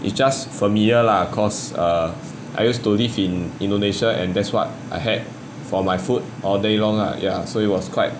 it's just familiar lah cause err I used to live in indonesia and that's what I had for my food all day long lah ya so it was quite